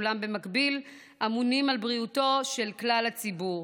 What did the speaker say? אולם במקביל ממונים על בריאותו של כלל הציבור.